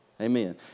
Amen